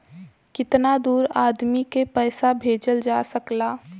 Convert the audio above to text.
कितना दूर आदमी के पैसा भेजल जा सकला?